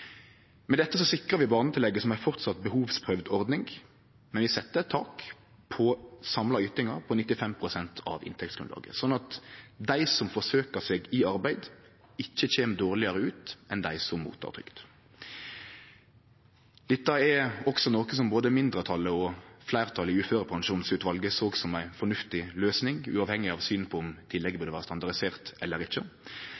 Med dette sikrar vi barnetillegget som ei framleis behovsprøvd ordning, men vi set eit tak på den samla ytinga på 95 pst. av inntektsgrunnlaget, slik at dei som forsøkjer seg i arbeid, ikkje kjem dårlegare ut enn dei som tek imot trygd. Dette er også noko som både mindretalet og fleirtalet i uførepensjonsutvalet såg på som ei fornuftig løysing, uavhengig av synet på om